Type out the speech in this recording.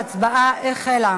ההצבעה החלה.